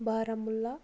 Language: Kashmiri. بارہمُولہٕ